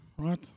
Right